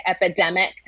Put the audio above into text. epidemic